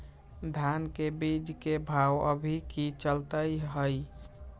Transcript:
धान के बीज के भाव अभी की चलतई हई?